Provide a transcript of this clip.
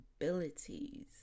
abilities